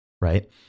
right